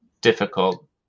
difficult